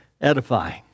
edifying